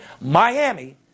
Miami